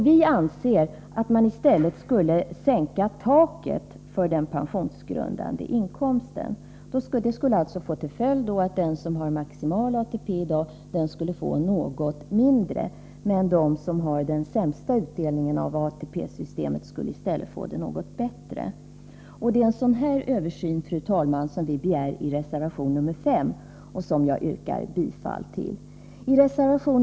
Vi anser att man i stället skulle sänka taket för den pensionsgrundande inkomsten. Det skulle få till följd att den som i dag har maximal ATP skulle få något mindre belopp, medan den som får den sämsta utdelningen av ATP-systemet skulle få det något bättre. Det är en översyn av det slaget, fru talman, som vi begär i reservation 5. Jag yrkar bifall till denna reservation.